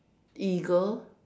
eagle